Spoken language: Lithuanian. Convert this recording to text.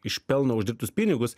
iš pelno uždirbtus pinigus